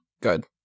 good